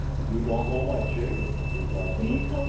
you don't know my jailer, replied billings,